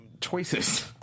choices